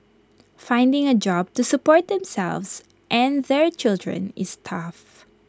finding A job to support themselves and their children is tough